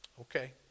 Okay